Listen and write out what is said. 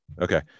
Okay